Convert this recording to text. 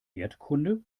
erdkunde